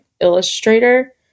illustrator